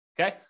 Okay